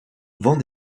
vend